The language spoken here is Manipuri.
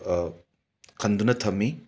ꯈꯟꯗꯨꯅ ꯊꯝꯃꯤ